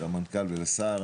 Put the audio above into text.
המנכ"ל והשר.